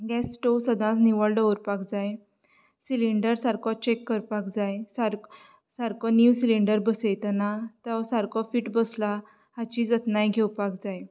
gas stove सदांच निवळ दवरपाक जाय सिलींडर सारको चेक करपाक जाय सारको नीव सिलींडर बसयतना तो सारको फीट बसला हाची जतनाय घेवपाक जाय